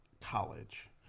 college